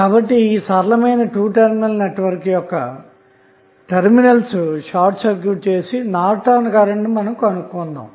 కాబట్టి ఈ సరళమైన 2 టెర్మినల్ నెట్వర్క్ యొక్క టెర్మినల్స్ షార్ట్ సర్క్యూట్ చేసి నార్టన్ కరెంట్ ను కనుగొందాము